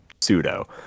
pseudo